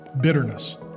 bitterness